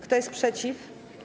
Kto jest przeciw?